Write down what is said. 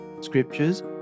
Scriptures